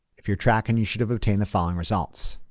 if you're tracking, you should have obtained the following results.